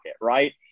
Right